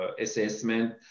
assessment